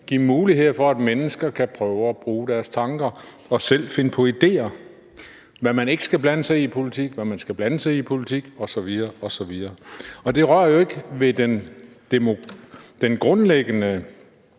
give muligheder for, at mennesker kan prøve at bruge deres tanker og selv finde på ideer; hvad man ikke skal blande sig i i politik, hvad man skal blande sig i i politik osv. osv. Det rører jo ikke ved den grundlæggende